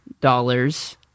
dollars